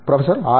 professor R